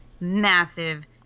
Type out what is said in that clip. massive